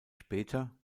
später